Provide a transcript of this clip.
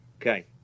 Okay